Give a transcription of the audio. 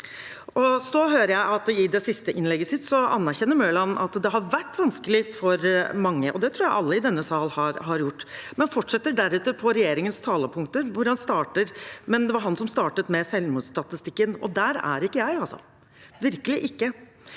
i det siste innlegget sitt anerkjenner at det har vært vanskelig for mange – det tror jeg alle i denne sal har gjort – men deretter fortsetter på regjeringens talepunkter, men det var han som startet med selvmordsstatistikken. Der er ikke jeg – virkelig ikke